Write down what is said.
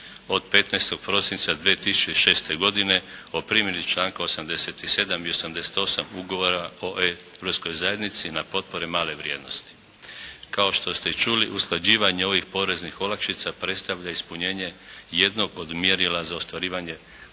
od 15. prosinca 2006. godine o primjeni članka 87. i 88. Ugovora o Europskoj zajednici na potpori male vrijednosti. Kao što ste i čuli usklađivanje ovih poreznih olakšica predstavlja ispunjenje jednog od mjerila za ostvarivanje